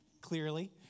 clearly